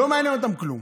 לא מעניין אותם כלום.